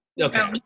Okay